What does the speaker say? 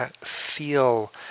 feel